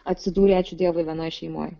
atsidūrei ačiū dievui vienoj šeimoj